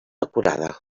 acurada